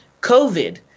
COVID